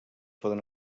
poden